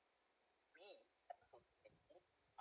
we are